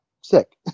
sick